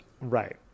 Right